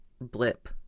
blip